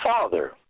father